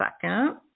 second